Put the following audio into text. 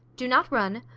do not run.